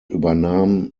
übernahm